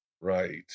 Right